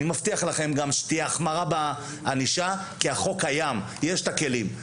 אני מבטיח לכם גם שתהיה החמרה בענישה כי החוק קיים יש את הכלים,